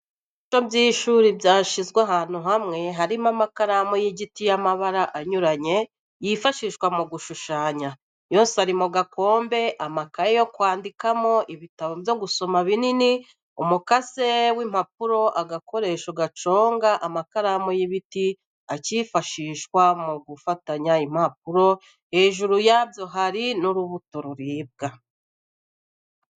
Ibikoresho by'ishuri byashyizwe ahantu hamwe harimo amakaramu y'igiti y'amabara anyuranye, yifashishwa mu gushushanya, yose ari mu gakombe, amakaye yo kwandikamo, ibitabo byo gusoma binini, umukasi w'impapuro, agakoresho gaconga amakaramu y'ibiti, akifashishwa mu gufatanya impapuro, hejuru yabyo hari n'urubuto ruribwa.